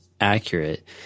accurate –